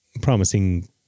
promising